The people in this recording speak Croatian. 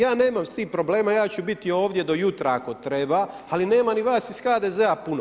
Ja nemam s tim problema, ja ću biti ovdje do jutra ako treba, ali nema ni vas iz HDZ-a puno.